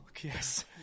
yes